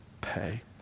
pay